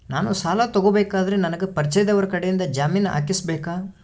ನಾನು ಸಾಲ ತಗೋಬೇಕಾದರೆ ನನಗ ಪರಿಚಯದವರ ಕಡೆಯಿಂದ ಜಾಮೇನು ಹಾಕಿಸಬೇಕಾ?